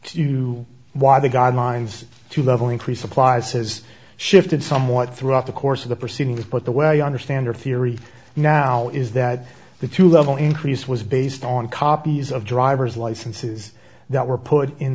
to why the guidelines to level increase applies has shifted somewhat throughout the course of the proceedings but the way i understand your theory now is that the two level increase was based on copies of driver's licenses that were put in